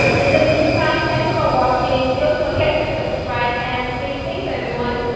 in the meantime, thanks for watching, don't forget to subscribe and stay safe, everyone.